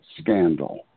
scandal